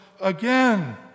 again